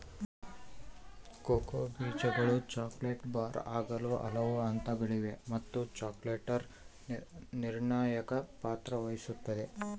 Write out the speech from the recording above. cocoa ಬೀಜಗಳು chocolate bar ಆಗಲು ಹಲವು ಹಂತಗಳಿವೆ ಮತ್ತು ಚಾಕೊಲೇಟರ್ ನಿರ್ಣಾಯಕ ಪಾತ್ರ ವಹಿಸುತ್ತದ